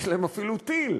יש להם אפילו טיל.